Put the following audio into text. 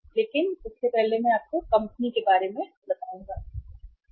लेकिन उससे पहले मैं आपको इसके बारे में बताऊंगा कंपनी